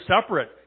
separate